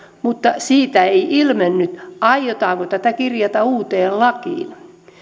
mutta siitä ei ilmennyt aiotaanko tätä kirjata uuteen lakiin